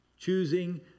choosing